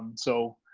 so